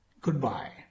goodbye